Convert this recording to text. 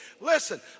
listen